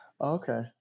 Okay